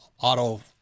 auto